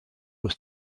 was